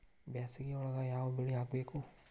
ಬ್ಯಾಸಗಿ ಒಳಗ ಯಾವ ಬೆಳಿ ಹಾಕಬೇಕು?